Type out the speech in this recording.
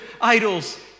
idols